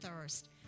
thirst